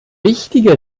wichtige